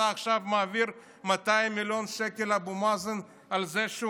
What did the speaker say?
אתה עכשיו מעביר 200 מיליון שקל לאבו מאזן על זה שהוא